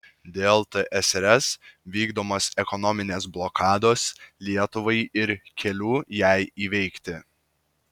dėl tsrs vykdomos ekonominės blokados lietuvai ir kelių jai įveikti